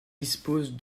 dispose